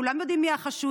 כולם יודעים מי החשוד.